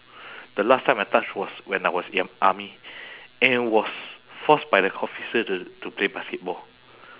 the last time I touch was when I was in army and was forced by the officer to to play basketball